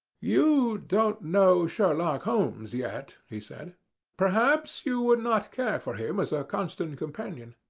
you don't know sherlock holmes yet, he said perhaps you would not care for him as a constant companion.